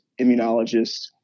immunologists